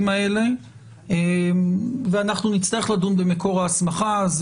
האלה ואנחנו נצטרך לדון במקור ההסמכה.